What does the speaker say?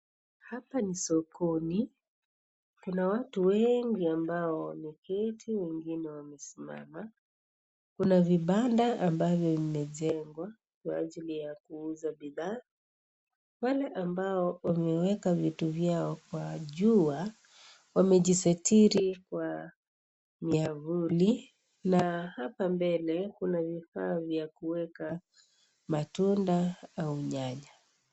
Hapa ni sokoni kuna watu wengi ambao wameketi na wengine wamesimama kuna vibanda ambavyo imejengwa kwa ajili ya kuuza bidhaa. Wale ambao wameweka vitu vyao kwa jua wamejisitiri miavuli na hapa mbele kuna vifaa vya kuweka matunda au nyanya.